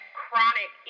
chronic